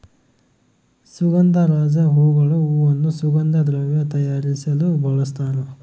ಸುಗಂಧರಾಜ ಹೂಗಳು ಹೂವನ್ನು ಸುಗಂಧ ದ್ರವ್ಯ ತಯಾರಿಸಲು ಬಳಸ್ತಾರ